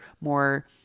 more